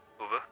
over